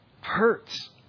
hurts